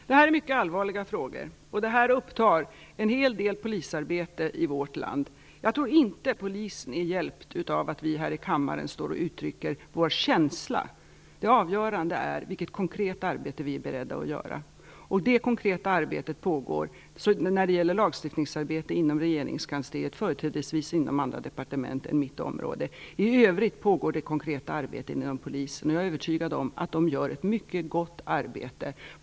Fru talman! Det här är mycket allvarliga frågor och de upptar en hel del polisarbete i vårt land. Jag tror inte att polisen är hjälpt av att vi här i kammaren står och uttrycker vår känsla. Det avgörande är vilket konkret arbete vi är beredda att göra. Det konkreta arbetet när det gäller lagstiftning pågår inom regeringskansliet och företrädesvis inom andra departement än mitt. I övrigt pågår det konkreta arbetet hos polisen, och jag är övertygad om att den gör ett mycket gott arbete.